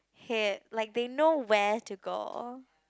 hip like they know where to go